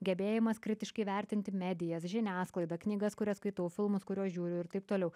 gebėjimas kritiškai vertinti medijas žiniasklaidą knygas kurias skaitau filmus kuriuos žiūriu ir taip toliau